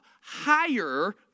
higher